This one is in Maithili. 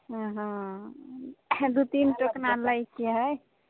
हँ दू तीन टोकना लैके हय